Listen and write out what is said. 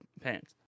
pants